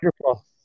wonderful